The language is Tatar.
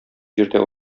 җирдә